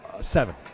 Seven